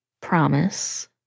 promise